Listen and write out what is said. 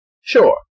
Sure